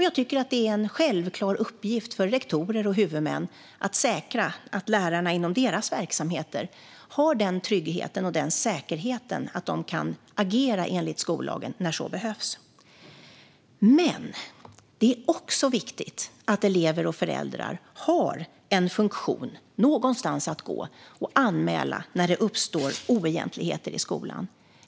Jag tycker att det är en självklar uppgift för rektorer och huvudmän att säkra att lärarna inom deras verksamheter har den tryggheten och säkerheten att de kan agera i enlighet med skollagen när så behövs. Men det är också viktigt att elever och föräldrar någonstans har en funktion för att gå och anmäla när det uppstår oegentligheter i skolan.